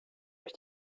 euch